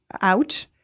out